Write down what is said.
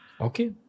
Okay